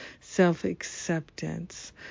self-acceptance